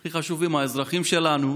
הכי חשובים, האזרחים שלנו,